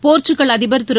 Portugal அதிபர் திரு